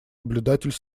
наблюдатель